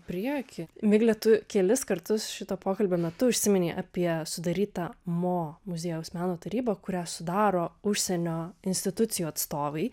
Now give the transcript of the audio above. priekį migle tu kelis kartus šito pokalbio metu užsiminei apie sudarytą mo muziejaus meno tarybą kurią sudaro užsienio institucijų atstovai